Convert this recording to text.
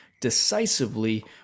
decisively